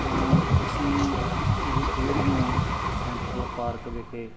ਅਸੀਂ ਇਹ ਖੇਡ ਨੂੰ ਸੈਂਟਰਲ ਪਾਰਕ ਵਿਖੇ